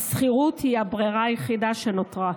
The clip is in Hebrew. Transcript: השכירות היא הברירה היחידה שנותרה.